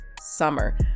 summer